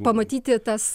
pamatyti tas